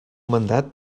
mandat